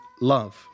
love